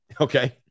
Okay